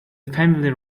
family